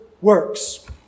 works